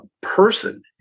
person